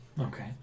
Okay